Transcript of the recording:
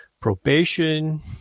probation